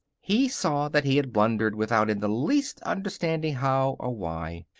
he saw that he had blundered without in the least understanding how or why.